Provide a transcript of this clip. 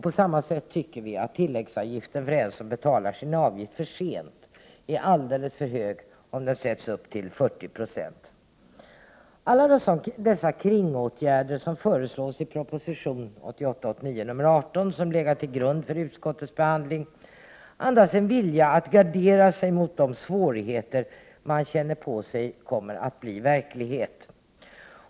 På samma sätt tycker vi att tilläggsavgiften för den som betalar sin avgift för sent är alldeles för hög om den sätts till 40 90. Alla dessa kringåtgärder som föreslås i proposition 1988/89:18, som legat till grund för utskottets behandling, andas en vilja att gardera sig mot de svårigheter man känner på sig kommer att bli verklighet.